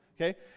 okay